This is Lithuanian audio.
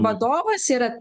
vadovas yra